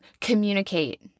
Communicate